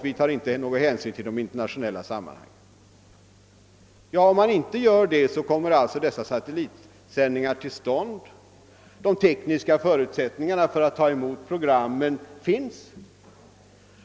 Vi tar inte någon hänsyn till internationella sammanhang.” De tekniska förutsättningar för att ta emot programmen även i vårt land finns ju.